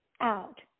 out